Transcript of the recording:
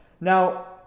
Now